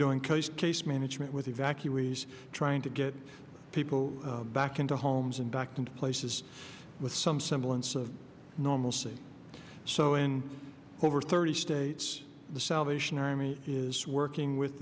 coast case management with evacuees trying to get people back into homes and back into places with some semblance of normalcy so in over thirty states the salvation army is working with